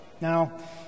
Now